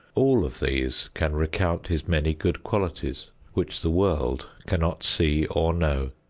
all of these can recount his many good qualities which the world cannot see or know.